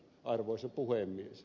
arvoisa puhemies